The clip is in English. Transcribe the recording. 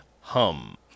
hum